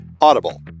audible